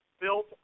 built